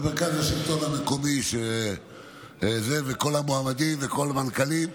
ומרכז השלטון המקומי, וכל המועמדים וכל המנכ"לים,